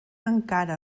encara